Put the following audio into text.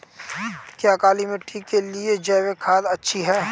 क्या काली मिट्टी के लिए जैविक खाद अच्छी है?